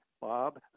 Bob